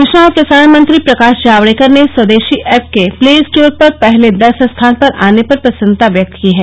सूचना और प्रसारण मंत्री प्रकाश जावडेकर ने स्वदेशी एप के प्ले स्टोर पर पहले दस स्थान पर आने पर प्रसन्नता व्यक्त की है